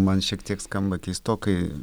man šiek tiek skamba keistokai